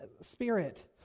spirit